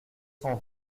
cent